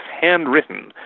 handwritten